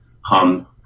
hum